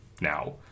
now